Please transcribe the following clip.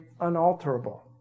unalterable